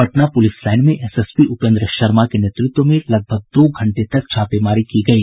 Patna police line में SSP Upendra Sharma के नेतृत्व में लगभग दो घंटे तक छापेमारी की गयी